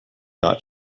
not